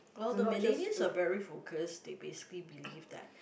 well the millennials are very focused they basically believed that